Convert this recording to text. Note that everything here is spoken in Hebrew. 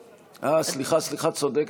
אה, סליחה, סליחה, צודקת.